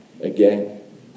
again